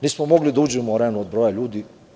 Nismo mogli da uđemo u „Arenu“ od broja ljudi.